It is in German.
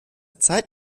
zeit